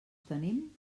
tenim